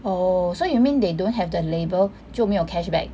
oh so you mean they don't have the label 就没有 cashback